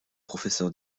professeur